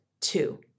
Two